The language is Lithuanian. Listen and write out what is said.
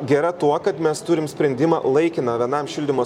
gera tuo kad mes turim sprendimą laikiną vienam šildymo